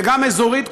וגם אזורית,